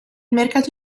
mercato